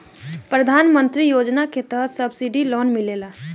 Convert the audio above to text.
प्रधान मंत्री योजना के तहत सब्सिडी लोन मिलेला